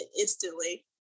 instantly